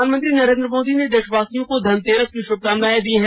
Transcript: प्रधानमंत्री नरेन्द्र मोदी ने देशवासियों को धनतेरस की शुभकामनाएं दी हैं